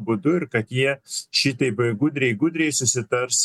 būdu ir kad jie šitaip gudriai gudriai susitars